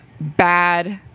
bad